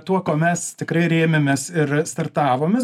tuo kuo mes tikrai rėmėmės ir startavomės